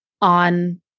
on